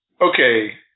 okay